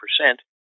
percent